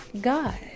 God